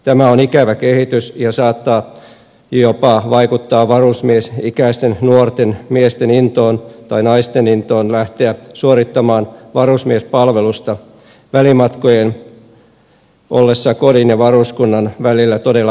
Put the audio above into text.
tämä on ikävä kehitys ja saattaa jopa vaikuttaa varusmiesikäisten nuorten miesten tai naisten intoon lähteä suorittamaan varusmiespalvelusta välimatkojen ollessa kodin ja varuskunnan välillä todella pitkiä